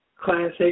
Classic